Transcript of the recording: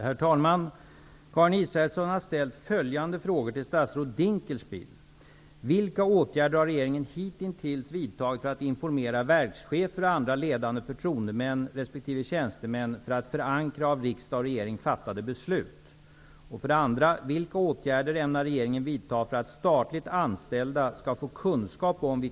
Herr talman! Karin Israelsson har ställt följande frågor till statsrådet Dinkelspiel: 1. Vilka åtgärder har regeringen hitintills vidtagit för att informera verkschefer och andra ledande förtroendemän resp. tjänstemän för att förankra av riksdag och regering fattade beslut?